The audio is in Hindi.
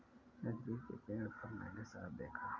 अंजीर के पेड़ पर मैंने साँप देखा